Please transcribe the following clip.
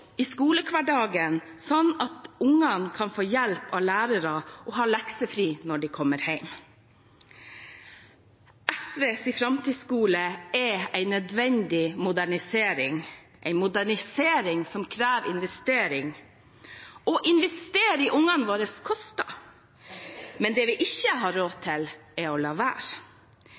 i skolehverdagen, slik at ungene kan få hjelp av lærere og ha leksefri når de kommer hjem. SVs framtidsskole er en nødvendig modernisering, en modernisering som krever investering. Å investere i ungene vår koster, men det vi ikke har råd til, er å la være.